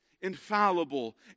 infallible